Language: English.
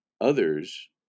others